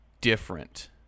different